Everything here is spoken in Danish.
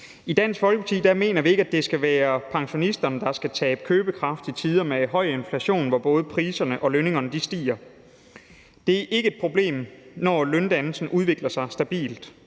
I Dansk Folkeparti mener vi ikke, at det skal være pensionisterne, der skal tabe købekraft i tider med høj inflation, hvor både priserne og lønningerne stiger. Det er ikke et problem, når løndannelsen udvikler sig stabilt,